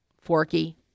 Forky